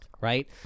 Right